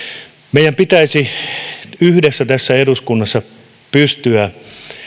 meidän pitäisi yhdessä tässä eduskunnassa pystyä